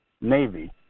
navy